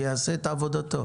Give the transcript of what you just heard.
שהוא יעשה את עבודתו.